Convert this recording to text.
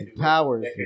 powers